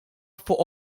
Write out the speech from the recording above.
fuq